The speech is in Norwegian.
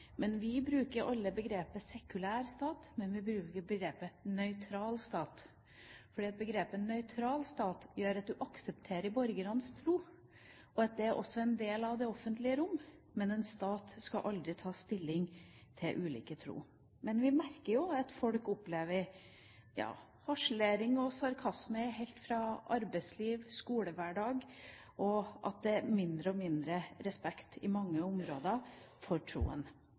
men vi bruker aldri begrepet «sekulær stat». Vi bruker begrepet «nøytral stat», fordi begrepet «nøytral stat» gjør at du aksepterer borgernes tro, og at den også er en del av det offentlige rom. Men en stat skal aldri ta stilling til ulik tro. Vi merker at folk opplever harselering og sarkasme helt fra skolehverdag til arbeidsliv, og at det er mindre og mindre respekt i mange områder for troen.